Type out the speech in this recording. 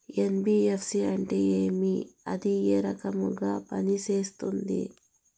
NBFC అంటే ఏమి అది ఏ రకంగా పనిసేస్తుంది